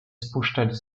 spuszczać